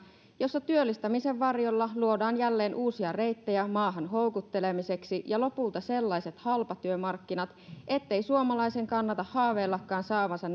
jossa työllistämisen varjolla luodaan jälleen uusia reittejä maahan houkuttelemiseksi ja lopulta sellaiset halpatyömarkkinat ettei suomalaisen kannata haaveillakaan saavansa